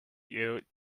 you